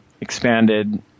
expanded